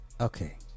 Okay